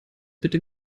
bitte